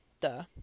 duh